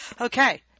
Okay